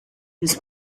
his